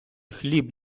хліб